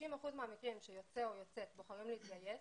ב-90% מהמקרים שיוצא או יוצאת בוחרים להתגייס,